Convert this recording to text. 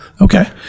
Okay